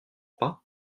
pas